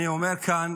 אני אומר כאן: